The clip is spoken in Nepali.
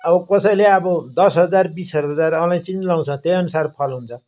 अब कसैले अब दस हजार बिस हजार अलैँची पनि लाउँछ त्यही अनसार फल हुन्छ